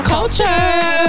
Culture